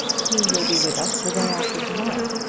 he will be with us the day after to-morrow.